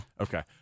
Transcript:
Okay